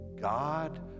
God